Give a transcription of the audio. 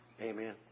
Amen